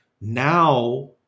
Now